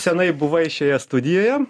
senai buvai šioje studijoje